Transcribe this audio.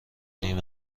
نیم